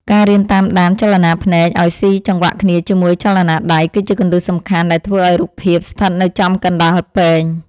ការរៀនតាមដានចលនាភ្នែកឱ្យស៊ីចង្វាក់គ្នាជាមួយចលនាដៃ គឺជាគន្លឹះសំខាន់ដែលធ្វើឱ្យរូបភាពស្ថិតនៅចំកណ្តាលពែង។